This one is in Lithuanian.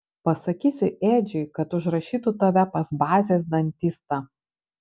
pasakysiu edžiui kad užrašytų tave pas bazės dantistą